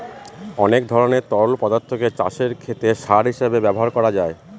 অনেক ধরনের তরল পদার্থকে চাষের ক্ষেতে সার হিসেবে ব্যবহার করা যায়